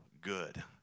good